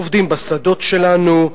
עובדים בשדות שלנו,